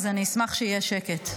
אז אני אשמח שיהיה שקט.